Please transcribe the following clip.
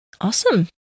Awesome